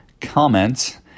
comment